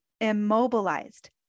immobilized